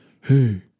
Hey